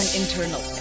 internal